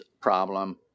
problem